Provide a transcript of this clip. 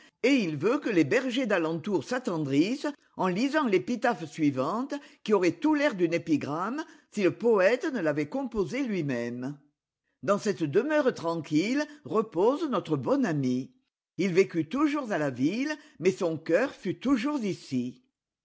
et il veut que les bergers d'alentour s'attendrissent en lisant l'épitaphe suivante qui aurait tout l'air d'une épigramme si le poète ne l'avait composée lui-même dans cette demeure tranquille repose notre bon ami il vécut toujours à la ville mais son cœur fut toujours ici